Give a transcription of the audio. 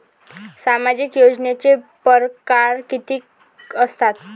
सामाजिक योजनेचे परकार कितीक असतात?